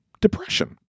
depression